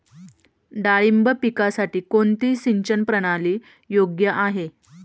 डाळिंब पिकासाठी कोणती सिंचन प्रणाली योग्य आहे?